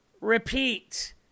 repeat